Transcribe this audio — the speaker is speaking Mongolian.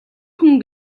хүн